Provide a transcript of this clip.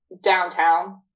downtown